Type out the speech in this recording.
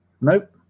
Nope